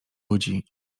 ludzi